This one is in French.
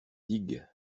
digue